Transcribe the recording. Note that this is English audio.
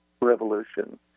revolution